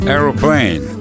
Aeroplane